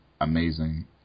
amazing